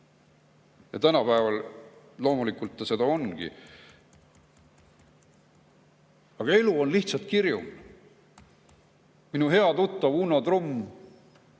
ja tänapäeval loomulikult ta seda ongi, aga elu on lihtsalt kirjum. Minu hea tuttav Uno Trumm,